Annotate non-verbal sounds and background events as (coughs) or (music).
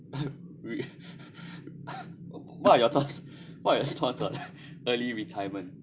(coughs) (coughs) what are your thoughts what are your thoughts on (coughs) early retirement